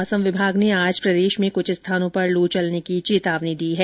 मौसम विभाग ने आज प्रदेश में कुछ स्थानों पर लू चलने की चेतावनी दी है